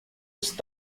ist